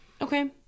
Okay